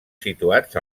situats